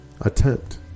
attempt